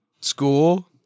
school